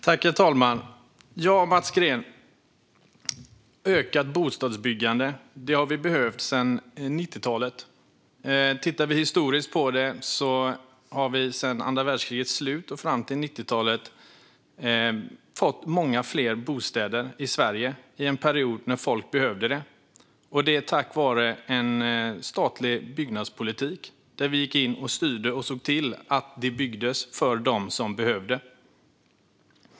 Herr talman! Mats Green! Ökat bostadsbyggande har vi behövt sedan 90-talet. Från andra världskrigets slut och fram till 90-talet fick vi många fler bostäder i Sverige. Det var en period när folk behövde det. Detta blev fallet tack vare en statlig byggnadspolitik där vi gick in och styrde och såg till att det byggdes för dem som behövde.